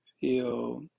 feel